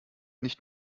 nicht